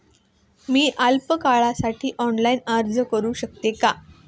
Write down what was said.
मी अल्प कालावधीसाठी ऑनलाइन अर्ज करू शकते का?